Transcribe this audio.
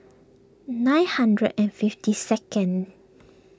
nine hundred and fifty second